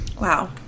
wow